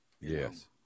Yes